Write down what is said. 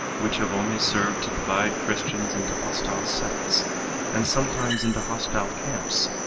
which have only served to divide christians into hostile sects and sometimes into hostile camps,